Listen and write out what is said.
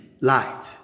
light